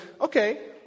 okay